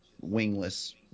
wingless